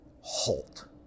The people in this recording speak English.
halt